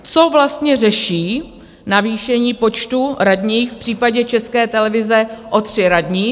Co vlastně řeší navýšení počtu radních v případě České televize o tři radní?